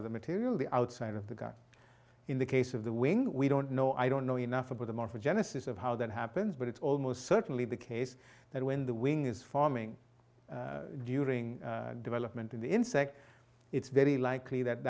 of the material the outside of the gut in the case of the wing we don't know i don't know enough about the morphogenesis of how that happens but it's almost certainly the case that when the wing is forming during development in the insect it's very likely that